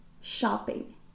shopping